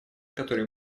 который